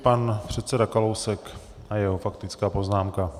Pan předseda Kalousek a jeho faktická poznámka.